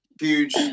Huge